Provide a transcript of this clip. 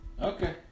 okay